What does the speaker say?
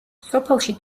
სოფელში